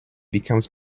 becomes